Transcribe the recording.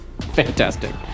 Fantastic